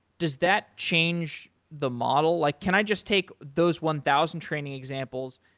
does that change the model? like can i just take those one thousand training examples,